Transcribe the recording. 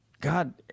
God